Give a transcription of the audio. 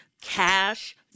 cash